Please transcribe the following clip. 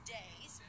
days